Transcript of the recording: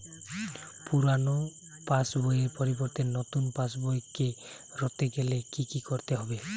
পুরানো পাশবইয়ের পরিবর্তে নতুন পাশবই ক রতে গেলে কি কি করতে হবে?